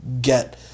get